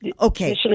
Okay